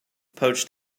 poached